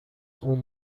اون